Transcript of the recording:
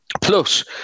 Plus